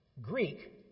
Greek